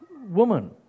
woman